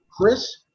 Chris